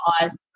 eyes